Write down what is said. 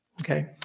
Okay